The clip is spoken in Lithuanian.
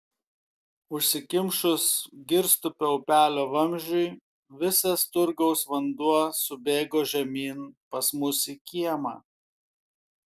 užsikimšus girstupio upelio vamzdžiui visas turgaus vanduo subėgo žemyn pas mus į kiemą